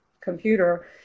computer